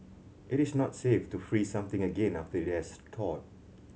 it is not safe to freeze something again after it has thawed